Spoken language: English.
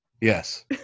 Yes